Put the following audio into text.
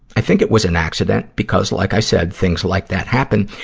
i think it was an accident, because like i said, things like that happen.